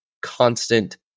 constant